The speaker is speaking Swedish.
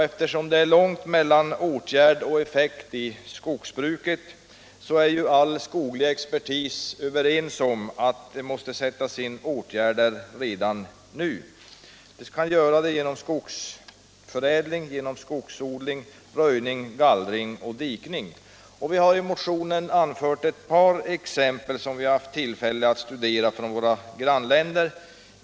Eftersom det är långt mellan åtgärd och effekt i skogsbruket är all skoglig expertis överens om att det måste sättas in åtgärder redan nu. De medel som är tillgängliga i detta sammanhang är skogsförädling, skogsodling, röjning, gallring och dikning. Vi har i motionen anfört ett par exempel från våra grannländer som vi haft tillfälle att studera.